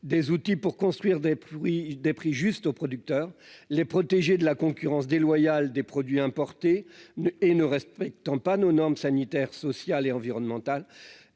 des outils pour construire des prix, des prix juste au producteur, les protégés de la concurrence déloyale des produits importés et ne respectant pas nos normes sanitaires, sociales et environnementales